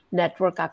network